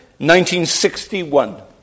1961